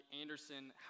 Anderson